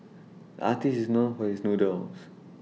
artist is known for his doodles